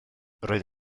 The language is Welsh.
roedd